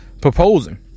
proposing